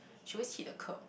she always hit the kerb